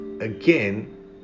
again